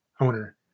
owner